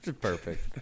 Perfect